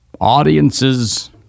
audiences